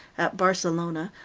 at barcelona,